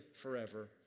forever